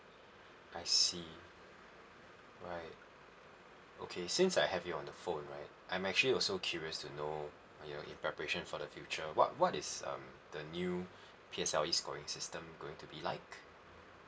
I see right okay since I have you on the phone right I'm actually also curious to know your in preparation for the future what what is um the new P_L_S_E scoring system system going to be like